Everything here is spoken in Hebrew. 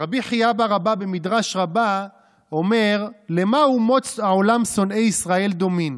ורבי חייא בר אבא במדרש רבא אומר: למה אומות העולם שונאי ישראל דומים?